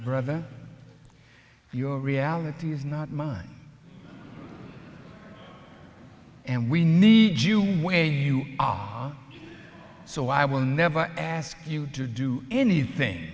brother your reality is not mine and we need you where you aha so i will never ask you to do anything